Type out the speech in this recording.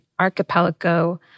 archipelago